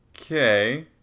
Okay